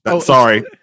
Sorry